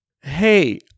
Hey